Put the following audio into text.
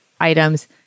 items